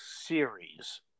series